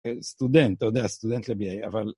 סטודנט, יודע, סטודנט ל-B.A, אבל